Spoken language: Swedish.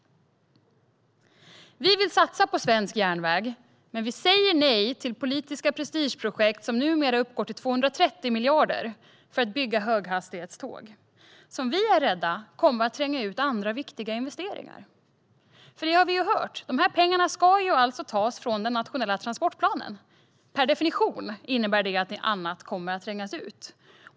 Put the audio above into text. Vi vill satsa på svensk järnväg, men vi säger nej till politiska prestigeprojekt på i nuläget 230 miljarder för att bygga höghastighetståg, som vi är rädda kommer att tränga ut andra viktiga investeringar. Vi har ju hört att dessa pengar ska tas från den nationella transportplanen. Det innebär per definition att annat kommer att trängas ut.